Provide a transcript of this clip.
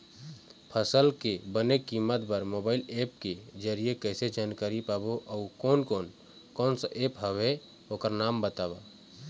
फसल के बने कीमत बर मोबाइल ऐप के जरिए कैसे जानकारी पाबो अउ कोन कौन कोन सा ऐप हवे ओकर नाम बताव?